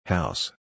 House